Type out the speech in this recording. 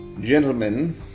Gentlemen